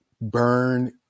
burn